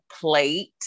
plate